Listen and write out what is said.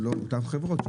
אותן חברות,